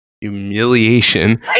humiliation